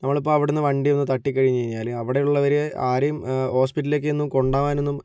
നമ്മളിപ്പോൾ അവിടുന്ന് വണ്ടി ഒന്ന് തട്ടി കഴിഞ്ഞ് കഴിഞ്ഞാൽ അവിടെ ഉള്ളവർ ആരേയും ഹോസ്പിറ്റലിലേക്കൊന്നും കൊണ്ട് പോകാനൊന്നും